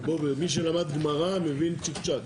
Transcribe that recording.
מי שלמד גמרא מבין צ'יק צ'אק.